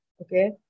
Okay